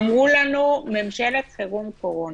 אמרו לנו: ממשלת חירום קורונה.